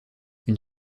une